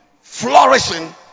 flourishing